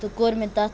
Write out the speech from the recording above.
تہٕ کوٚر مےٚ تَتھ